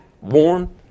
warm